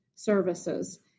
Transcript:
Services